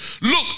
Look